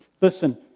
Listen